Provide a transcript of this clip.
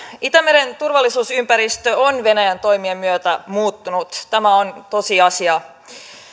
itämeren turvallisuusympäristö on venäjän toimien myötä muuttunut tämä on tosiasia